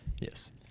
Yes